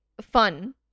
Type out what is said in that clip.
fun